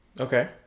okay